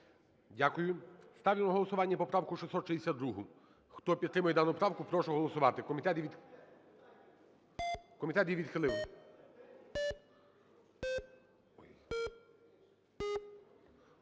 Дякую. Ставлю на голосування поправку 662. Хто підтримує дану правку, прошу голосувати.